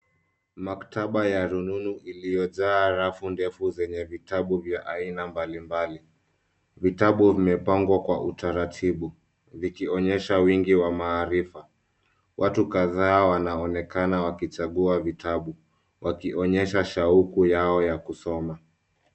Maktaba ya rununu iliyojaa rafu ndefu zenye vitabu vya aina mbalimbali. Vitabu vimepangwa kwa utaratibu, vikionyesha wingi wa maarifa. Watu kadhaa wanaonekana wakichagua vitabu, wakionyesha shauku yao ya kusoma.